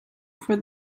for